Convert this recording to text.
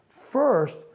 first